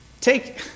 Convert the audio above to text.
Take